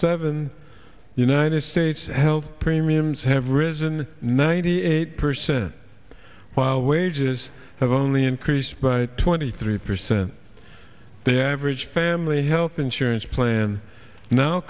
seven united states health premiums have risen ninety eight percent while wages have only increased by twenty three percent the average family health insurance plan no